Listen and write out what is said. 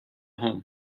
home